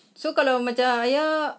so kalau macam ayah